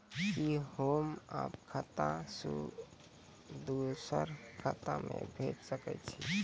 कि होम आप खाता सं दूसर खाता मे भेज सकै छी?